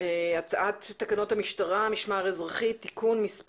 הצעת תקנות המשטרה (משמר אזרחי) (תיקון),